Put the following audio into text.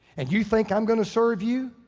and you think i'm gonna serve you?